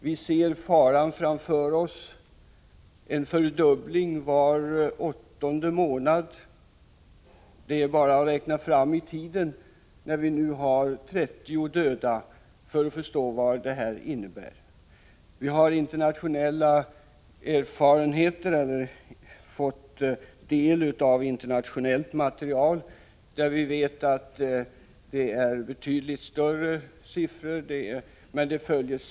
Vi ser faran framför oss: en fördubbling av antalet fall var åttonde månad. Det är bara att räkna framåt i tiden — hittills har det varit 20 dödsfall i Sverige —- för att förstå vad det hela innebär. Vi har också fått del av internationellt material, som på sina håll redovisar betydligt högre sjukdomstal än i Sverige.